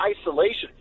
isolation